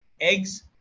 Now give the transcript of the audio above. eggs